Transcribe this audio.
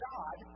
God